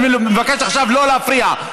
אני מבקש עכשיו שלא להפריע.